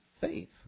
faith